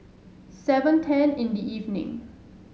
seven ten in the evening